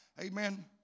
amen